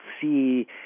see